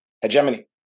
Hegemony